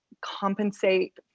compensate